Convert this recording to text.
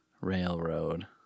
railroad